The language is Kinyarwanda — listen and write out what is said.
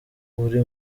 uri